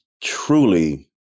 truly